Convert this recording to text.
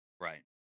Right